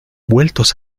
vueltos